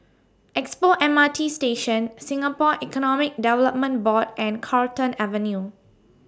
Expo M R T Station Singapore Economic Development Board and Carlton Avenue